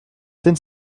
seine